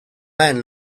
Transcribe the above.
man